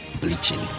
bleaching